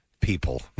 people